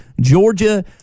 Georgia